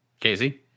Casey